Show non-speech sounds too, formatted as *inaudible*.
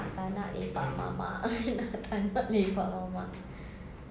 tak nak lepak mamak *laughs* nak tak nak lepak mamak